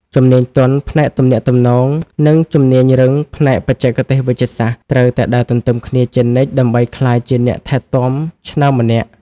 ជំនាញទន់ផ្នែកទំនាក់ទំនង និងជំនាញរឹងផ្នែកបច្ចេកទេសវេជ្ជសាស្ត្រ ត្រូវតែដើរទន្ទឹមគ្នាជានិច្ចដើម្បីក្លាយជាអ្នកថែទាំឆ្នើមម្នាក់។